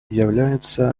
является